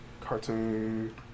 Cartoon